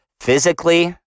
physically